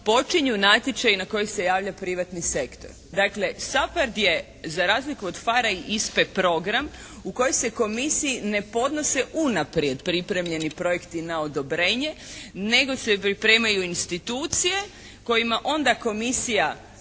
počinju natječaji na koji se javlja privatni sektor. Dakle, SAPARD je razliku od PHARE-a i ISPA-e program u koji se komisiji ne podnose unaprijed pripremljeni projekti na odobrenje nego se pripremaju institucije kojima onda komisija